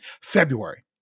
February